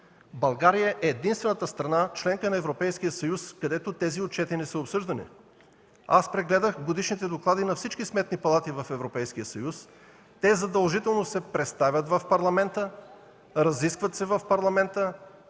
България е единствената страна – членка на Европейския съюз, където тези отчети не са обсъждани. Аз прегледах годишните доклади на всички сметни палати в Европейския съюз. Те задължително се представят в парламентите, разискват се в парламентите,